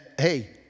hey